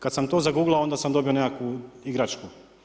Kad sam to zaguglao, onda sam dobio nekakvu igračku.